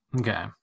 okay